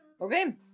Okay